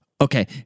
okay